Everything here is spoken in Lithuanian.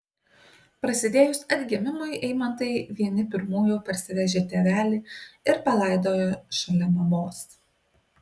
prasidėjus atgimimui eimantai vieni pirmųjų parsivežė tėvelį ir palaidojo šalia mamos